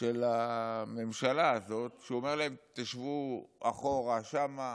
של הממשלה הזאת, שהוא אומר להם: תשבו אחורה שם.